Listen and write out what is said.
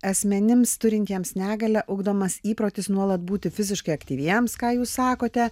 asmenims turintiems negalią ugdomas įprotis nuolat būti fiziškai aktyviems ką jūs sakote